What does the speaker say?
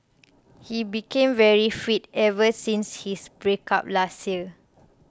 he became very fit ever since his breakup last year